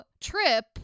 Trip